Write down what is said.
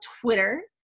Twitter